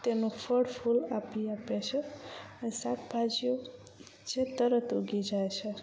તેનું ફળ ફૂલ આપી આપે છે અને શાકભાજીઓ જે તરત ઊગી જાય છે